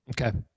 Okay